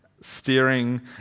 Steering